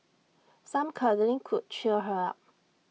some cuddling could cheer her up